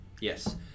Yes